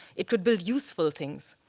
it could be useful things,